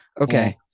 Okay